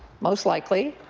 most likely,